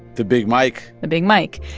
the big mike the big mike.